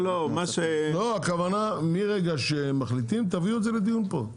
לא הכוונה מרגע שמחליטים, תביאו את זה לדיון פה,